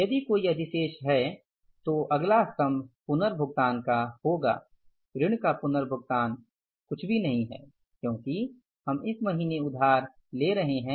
यदि कोई अधिशेष है तो अगला स्तम्भ पुनर्भुगतान का होगा ऋण का पुनर्भुगतान कुछ भी नहीं है क्योकि हम इस महीने उधार ले रहे हैं